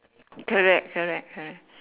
correct correct correct